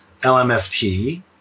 LMFT